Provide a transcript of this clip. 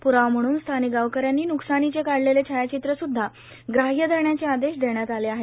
प्रावा म्हणून स्थानिक गावकऱ्यांनी न्कसानीचे काढलेले छायाचित्र सुद्धा ग्राह्य धरण्याचे आदेश देण्यात आले आहेत